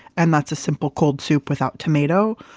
and that's a simple cold soup without tomato.